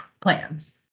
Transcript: plans